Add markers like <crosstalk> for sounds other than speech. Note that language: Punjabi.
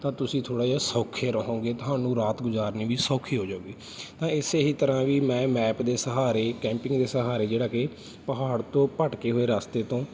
ਤਾਂ ਤੁਸੀਂ ਥੋੜ੍ਹਾ ਜਿਹਾ ਸੌਖੇ ਰਹੋਗੇ ਤੁਹਾਨੂੰ ਰਾਤ ਗੁਜ਼ਾਰਨੀ ਵੀ ਸੌਖੀ ਹੋ ਜਾਊਗੀ <unintelligible> ਤਾਂ ਇਸੇ ਹੀ ਤਰ੍ਹਾਂ ਵੀ ਮੈਂ ਮੈਪ ਦੇ ਸਹਾਰੇ ਕੈਂਪਿੰਗ ਦੇ ਸਹਾਰੇ ਜਿਹੜਾ ਕਿ ਪਹਾੜ ਤੋਂ ਭਟਕੇ ਹੋਏ ਰਸਤੇ ਤੋਂ